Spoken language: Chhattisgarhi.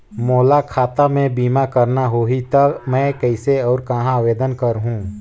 मोला खाता मे बीमा करना होहि ता मैं कइसे और कहां आवेदन करहूं?